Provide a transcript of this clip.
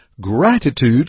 Gratitude